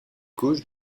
gauche